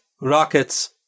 rockets